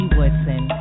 Woodson